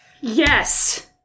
Yes